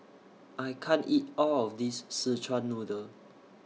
I can't eat All of This Szechuan Noodle